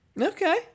Okay